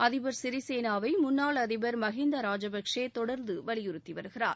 அதிபர் சிறிசேனாவை முன்னாள் அதிபர் மஹிந்தா ராஜபக்சே தொடர்ந்து வலியுறுத்தி வருகிறார்